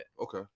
Okay